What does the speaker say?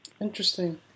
Interesting